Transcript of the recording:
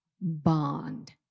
bond